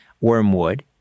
Wormwood